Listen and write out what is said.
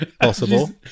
possible